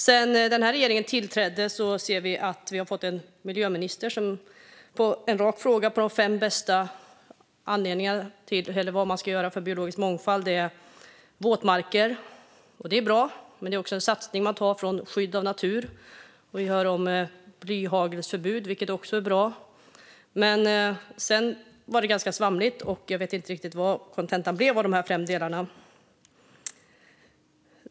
Sedan regeringen tillträdde har vi en miljöminister som på en rak fråga om de fem viktigaste saker man ska göra för biologisk mångfald svarade: våtmarker. Det är bra, men det är också en satsning man tar från skydd av natur. Vi hör om blyhagelsförbud, vilket också är bra. Men sedan var det ganska svamligt, och jag vet inte riktigt vad kontentan blev av de här fem delarna.